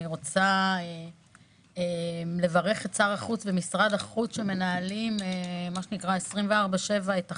אני רוצה לברך את שר החוץ ומשרד החוץ שמנהלים 24/7 את החמ"ל,